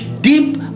deep